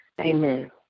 Amen